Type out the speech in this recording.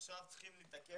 אז עכשיו אנחנו צריכים לתקן.